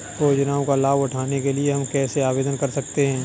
योजनाओं का लाभ उठाने के लिए हम कैसे आवेदन कर सकते हैं?